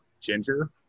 ginger